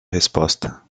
resposta